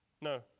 No